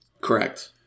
Correct